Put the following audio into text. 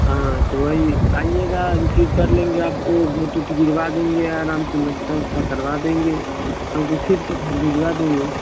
हाँ तो वही आईएगा रिसीव कर लेंगे आपको बोट ओट गिरवा देंगे आराम से नाश्ता उस्ता करवा देंगे आपको फिर से घर भिजवा देंगे